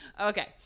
Okay